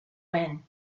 when